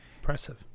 Impressive